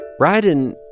Ryden